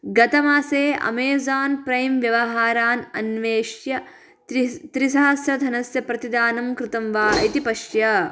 गतमासे Amazon Prime व्यवहारान् अन्वेष्य त्रि त्रिसहस्रधनस्य प्रतिदानं कृतं वा इति पश्य